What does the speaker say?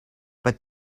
but